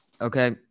okay